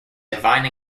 divine